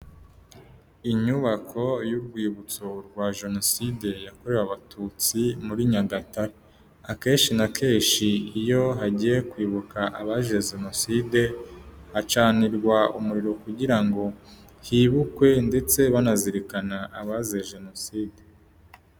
Inyubako y'urwibutso rwa jenoside yakorewe abatutsi muri Nyagatare akenshi na kenshi iyo hagiye kwibuka abazize jenoside hacanirwa umuriro kugira ngo hibukwe ndetse banazirikana abazize jenoside.